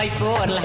like brought